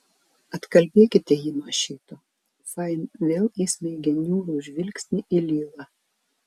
atkalbėkite jį nuo šito fain vėl įsmeigė niūrų žvilgsnį į lilą